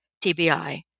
TBI